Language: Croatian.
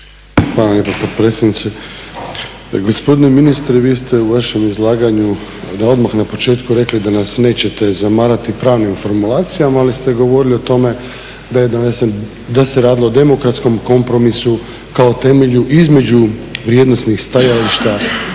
Hvala lijepa potpredsjednice. Gospodine ministre vi ste u vašem izlaganju odmah na početku rekli da nas nećete zamarati pravnim formulacijama, ali ste govorili o tome da se radilo o demokratskom kompromisu kao temelju između vrijednosnih stajališta